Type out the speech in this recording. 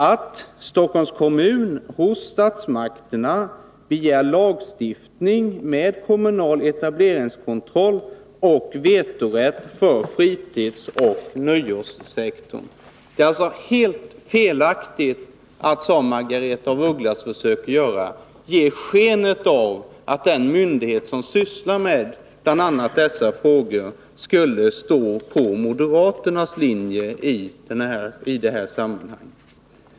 att Stockholms kommun hos statsmakterna begär en lagstiftning med kommunal etableringskontroll och vetorätt för fritidsoch nöjessektorn.” Det är alltså helt felaktigt att, som Margaretha af Ugglas försökte ge sken av, den myndighet som sysslar med bl.a. dessa frågor skulle gå på moderaternas linje i det här sammanhanget.